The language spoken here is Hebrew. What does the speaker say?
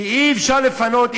כי אי-אפשר לפנות,